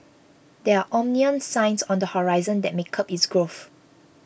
there are ominous signs on the horizon that may curb its growth